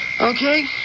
Okay